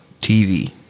TV